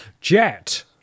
Jet